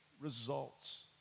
results